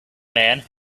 man